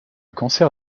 cancer